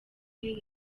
yagize